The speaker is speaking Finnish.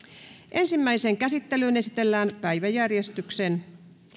ensimmäiseen käsittelyyn esitellään päiväjärjestyksen